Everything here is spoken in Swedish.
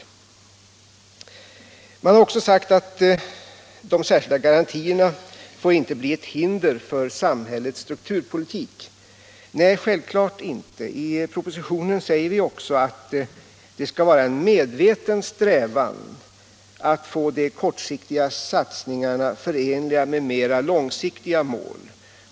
Man har vidare sagt att de särskilda garantierna inte får bli ett hinder för samhällets strukturpolitik. Nej, självklart inte. I propositionen säger vi också att det skall vara en medveten strävan att få de kortsiktiga satsningarna förenliga med mer långsiktiga mål.